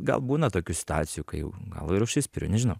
gal būna tokių situacijų kai jau gal ir užsispiriu nežinau